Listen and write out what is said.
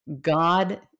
God